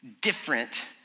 different